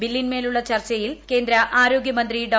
ബില്ലിന്മേലുളള ചർച്ചയിൽ കേന്ദ്ര ആരോഗ്യമന്ത്രി ഡോ